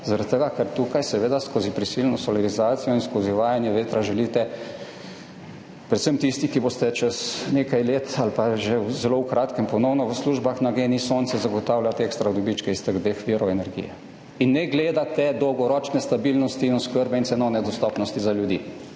tega, ker tukaj seveda skozi prisilno solarizacijo in skozi uvajanje vetra želite predvsem tisti, ki boste čez nekaj let ali pa že zelo v kratkem ponovno v službah na GEN-I Sonce, zagotavljati ekstra dobičke iz teh dveh virov energije in ne gledate dolgoročne stabilnosti in oskrbe in cenovne dostopnosti za ljudi,